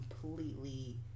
completely